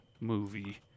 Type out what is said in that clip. movie